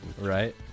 Right